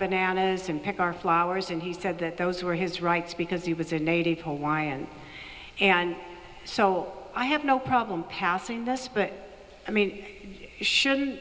bananas and pick our flowers and he said that those were his rights because he was a native hawaiian and so i have no problem passing this but i mean sure